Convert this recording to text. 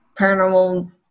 paranormal